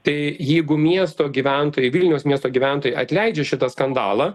tai jeigu miesto gyventojai vilniaus miesto gyventojai atleidžia šitą skandalą